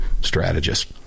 strategist